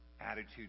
attitude